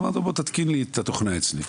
אז אמרתי לו, בוא תתקין לי את התוכנה אצלי.